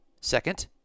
Second